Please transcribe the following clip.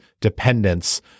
dependence